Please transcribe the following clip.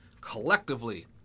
collectively